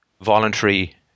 voluntary